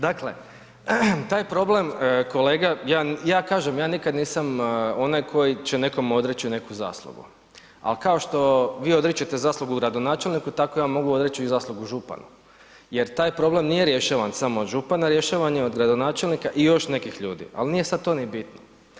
Dakle, taj problem, kolega, ja kažem, ja nikad nisam onaj koji će nekome odreći neku zaslugu ali kao što vi odričete zaslugu gradonačelniku, tako ja mogu odreći i zaslugu župana jer taj problem nije rješavan samo od župana, rješavan je od gradonačelnika i još nekih ljudi ali nije sad to ni bitno.